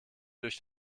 durch